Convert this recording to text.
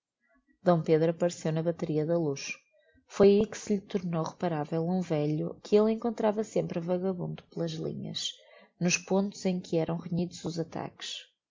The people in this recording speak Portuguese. pedro appareceu na bateria da luz foi ahi que se lhe tornou reparavel um velho que elle encontrava sempre vagabundo pelas linhas nos pontos em que eram renhidos os ataques